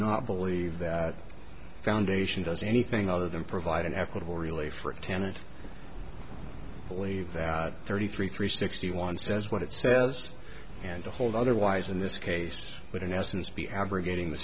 not believe that foundation does anything other than provide an equitable relief or tenet believe that thirty three three sixty one says what it says and to hold otherwise in this case but in essence be abrogating the